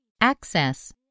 Access